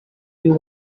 you